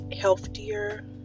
healthier